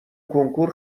کنکور